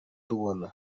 tubona